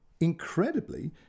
Incredibly